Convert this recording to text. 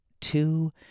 two